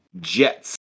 jets